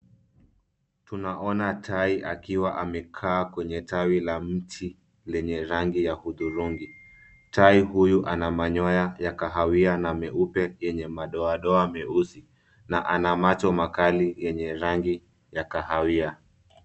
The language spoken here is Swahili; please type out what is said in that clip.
Tunaona tai akiwa amekaa kwenye tawi la mti lenye rangi ya hudhurungi. Tai huyu ana manyoya ya kahawia na meupe yenye madoa doa meusi na ana macho makali yenye rangi ya kahawia.